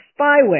spyware